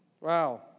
Wow